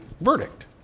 verdict